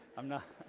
i'm not,